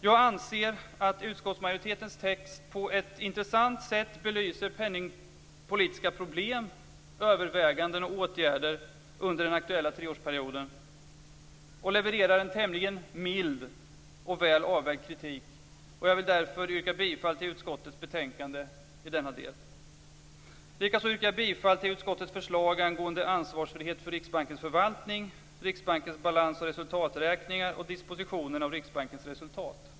Jag anser att utskottsmajoritetens text på ett intressant sätt belyser penningpolitiska problem, överväganden och åtgärder under den aktuella treårsperioden och levererar en tämligen mild och väl avvägd kritik, och jag vill därför yrka bifall till utskottets hemställan i denna del. Likaså yrkar jag bifall till utskottets förslag angående ansvarsfrihet för Riksbankens förvaltning, Riksbankens balans och resultaträkningar och dispositionen av Riksbankens resultat.